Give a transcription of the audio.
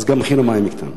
אז גם מחיר המים יקטן.